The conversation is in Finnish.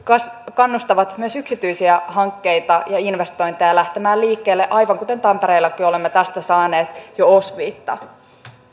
kannustavat myös yksityisiä hankkeita ja investointeja lähtemään liikkeelle aivan kuten tampereellakin olemme tästä saaneet jo osviittaa arvoisa